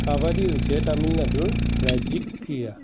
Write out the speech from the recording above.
কাবাডী হৈছে তামিলনাডুৰ ৰাজ্যিক ক্ৰীড়া